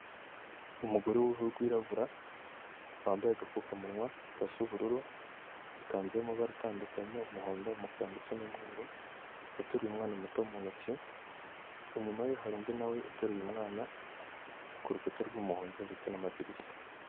Umugore w'uruhu rwirabura wambaye agapfukamunwa gasa ubururu ikanzu y'amabara atandukanye umuhondo umukara ndetse n'umweru, wateruye umwana muto mu ntoki, inyuma ye hari undi nawe uteruye umwana ku rukuta rw'umuhondo, ndetse n'amadirishya.